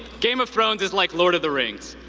game of thrones is like lord of the rings,